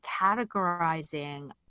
categorizing